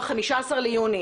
ב-15 ביוני,